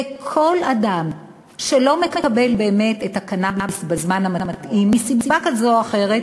וכל אדם שלא מקבל את הקנאביס בזמן המתאים מסיבה כזו או אחרת,